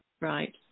Right